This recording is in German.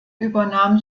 übernahm